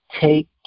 Take